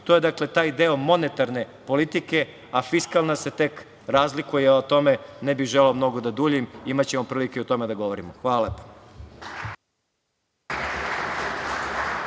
to je taj deo monetarne politike, a fiskalna se tek razlikuje, a o tome ne bih želeo mnogo da duljim, imaćemo prilike i o tome da govorimo. Hvala.